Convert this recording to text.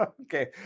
Okay